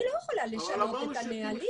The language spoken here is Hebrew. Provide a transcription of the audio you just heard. אני לא יכולה לשנות את הנהלים.